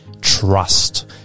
Trust